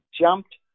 jumped